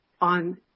on